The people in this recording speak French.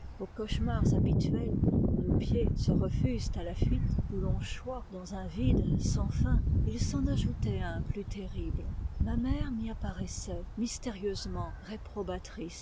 aux cauchemars habituels où nos pieds se refusent à la fuite où l'on choit dans un vide sans fin il s'en ajoutait un plus terrible ma mère m'y apparaissait mystérieusement